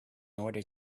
order